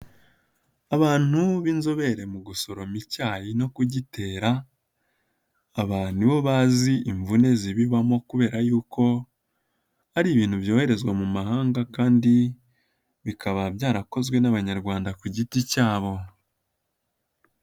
Abantu b'inzobere mu gusoroma icyayi no kugitera, aba ni bo bazi imvune zibibamo kubera yuko ari ibintu byoherezwa mu mahanga kandi bikaba byarakozwe n'Abanyarwanda ku giti cyabo.